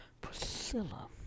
Priscilla